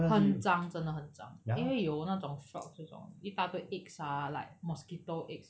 很脏真的很脏因为有那种 frog 这种一大堆 eggs ah like mosquito eggs